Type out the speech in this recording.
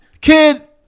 Kid